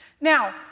Now